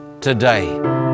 today